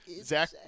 Zach